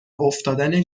افتادن